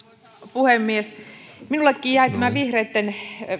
puhemies minullekin jäi tämä vihreitten